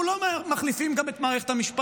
אנחנו גם לא מחליפים את מערכת המשפט,